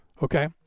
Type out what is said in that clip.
Okay